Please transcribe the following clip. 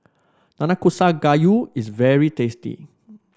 Nanakusa Gayu is very tasty